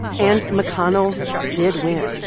and mcconnell did win.